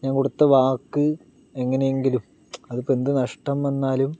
ഞാൻ കൊടുത്ത വാക്ക് എങ്ങനേങ്കിലും അത് ഇപ്പോൾ എന്ത് നഷ്ടം വന്നാലും